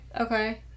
Okay